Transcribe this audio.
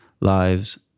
lives